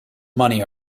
money